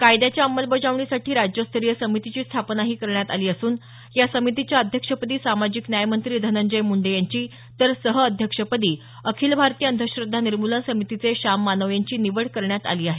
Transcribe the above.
कायद्याच्या अंमलबजावणीसाठी राज्यस्तरीय समितीची स्थापनाही करण्यात आली असून या समितीच्या अध्यक्षपदी सामाजिक न्याय मंत्री धनंजय मूंडे यांची तर सहअध्यक्ष पदी अखिल भारतीय अंधश्रद्धा निर्मूलन समितीचे श्याम मानव यांची निवड करण्यात आली आहे